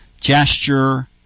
gesture